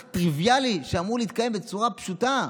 טריוויאלי שאמור להתקיים בצורה כל כך פשוטה?